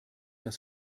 das